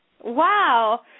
Wow